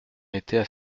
étaient